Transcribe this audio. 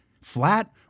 flat